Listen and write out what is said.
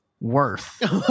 Worth